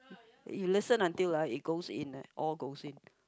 you listen until lah it goes in right all goes in